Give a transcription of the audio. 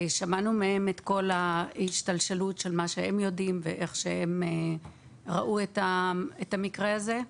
שמענו מהם את כל ההשתלשלות לפי מה שהם יודעים ואיך הם ראו את המקרה הזה.